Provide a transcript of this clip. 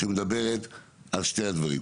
שמדברת על שני הדברים,